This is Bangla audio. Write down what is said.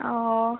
ও